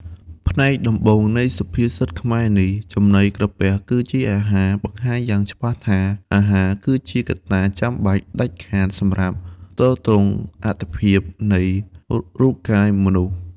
ផ្នែកដំបូងនៃសុភាសិតខ្មែរនេះ ចំណីក្រពះគឺជាអាហារ បង្ហាញយ៉ាងច្បាស់ថា អាហារគឺជាកត្តាចាំបាច់ដាច់ខាតសម្រាប់ទ្រទ្រង់អត្ថិភាពនៃរូបកាយមនុស្ស។